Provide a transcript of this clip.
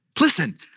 Listen